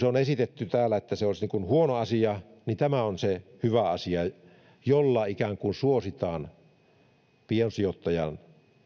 on esitetty täällä että se olisi huono asia minun mielestäni tämä on se hyvä asia jolla ikään kuin suositaan piensijoittajaa